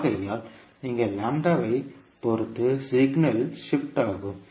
ஆகையால் நீங்கள் லாம்ப்டாவைப் பொறுத்து சிக்னல் ஷிப்ட் ஆகும்